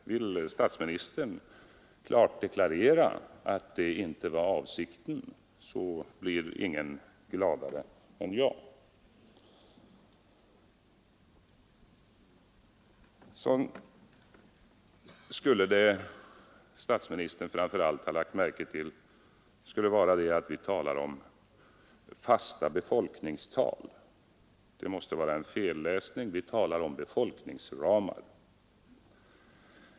Vill statsministern klart deklarera att det inte var avsikten, så blir ingen gladare än jag. Det statsministern framför allt lagt märke till skulle vara att vi talar om fasta befolkningstal. Det måste vara en felläsning. Vi talar om befolkningsramar.